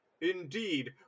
indeed